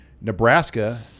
Nebraska